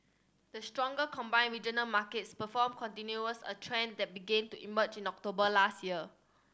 the stronger combined regional markets performance continues a trend that began to emerge in October last year